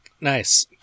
Nice